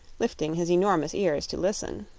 lifting his enormous ears to listen.